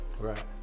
Right